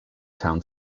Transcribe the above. town